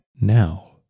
now